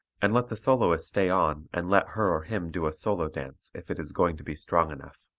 and let the soloist stay on and let her or him do a solo dance if it is going to be strong enough.